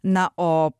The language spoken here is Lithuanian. na o